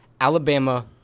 Alabama –